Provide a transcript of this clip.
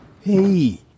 Hey